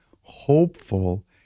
hopeful